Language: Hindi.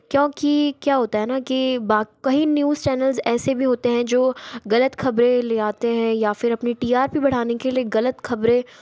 क्योंकी क्या होता हैं ना कि बाद कहीं न्यूज चैनल्स ऐसे भी होते हैं जो गलत खबरें ले आते हैं या फिर अपनी टी आर पी बढ़ाने के लिए गलत खबरें